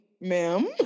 Ma'am